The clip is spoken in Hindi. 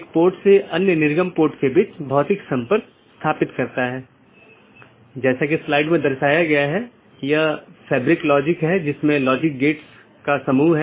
इसलिए open मेसेज दो BGP साथियों के बीच एक सेशन खोलने के लिए है दूसरा अपडेट है BGP साथियों के बीच राउटिंग जानकारी को सही अपडेट करना